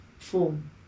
Form